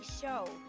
show